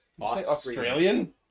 Australian